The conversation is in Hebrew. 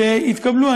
כשיתקבלו,